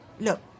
Look